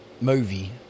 movie